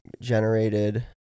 generated